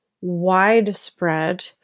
widespread